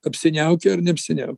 apsiniaukę ar neapsiniauk